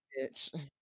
bitch